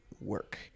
work